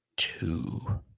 Two